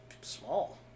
small